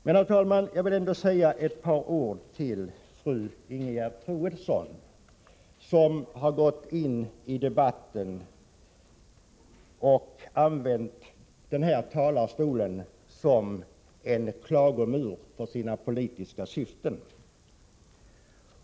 Men jag vill ändå säga ett par ord till fru Ingegerd Troedsson, som har gått in i debatten och i visst politiskt syfte använt den här talarstolen som en klagomur.